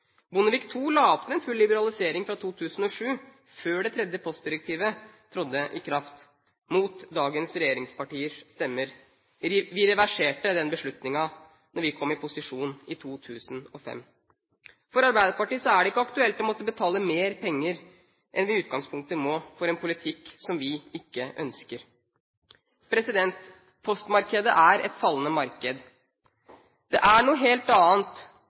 Bondevik II la opp til en full liberalisering fra 2007, før det tredje postdirektivet trådte i kraft, mot dagens regjeringspartiers stemmer. Vi reverserte den beslutningen da vi kom i posisjon i 2005. For Arbeiderpartiet er det ikke aktuelt å måtte betale mer penger enn det vi i utgangspunktet må, for en politikk vi ikke ønsker. Postmarkedet er et fallende marked. Det er noe helt annet